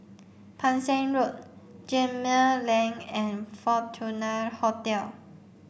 Pang Seng Road Gemmill Lane and Fortuna Hotel